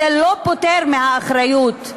זה לא פוטר מהאחריות.